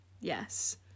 Yes